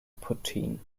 putin